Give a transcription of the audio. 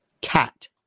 cat